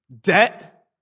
debt